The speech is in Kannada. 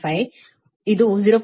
8 ccos ಇದು 0